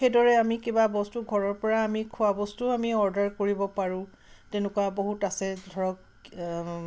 সেইদৰে আমি কিবা বস্তু ঘৰৰ পৰা আমি খোৱাবস্তুও আমি অৰ্ডাৰ কৰিব পাৰোঁ তেনেকুৱা বহুত আছে ধৰক